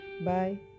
bye